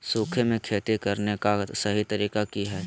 सूखे में खेती करने का सही तरीका की हैय?